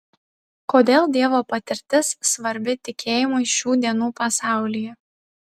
kodėl dievo patirtis svarbi tikėjimui šių dienų pasaulyje